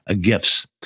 gifts